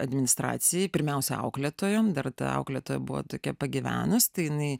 administracijai pirmiausia auklėtojom dar ta auklėtoja buvo tokia pagyvenus tai jinai